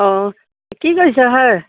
অঁ কি কৰিছে হয়